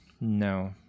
No